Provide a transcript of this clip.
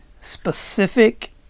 specific